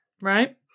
Right